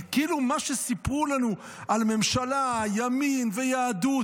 כי כאילו מה שסיפרו לנו על הממשלה, ימין ויהדות